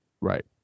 Right